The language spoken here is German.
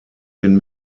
den